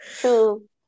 True